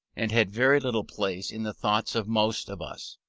and had very little place in the thoughts of most of us,